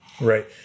Right